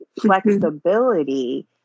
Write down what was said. flexibility